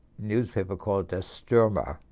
newspaper called estherma